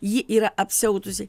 ji yra apsiautusi